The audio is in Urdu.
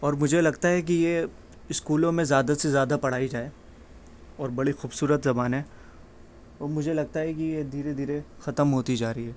اور مجھے لگتا ہے کہ یہ اسکولوں میں زیادہ سے زیادہ پڑھائی جائے اور بڑی خوبصورت زبان ہے اور مجھے لگتا ہے کہ یہ دھیرے دھیرے ختم ہوتی جا رہی ہے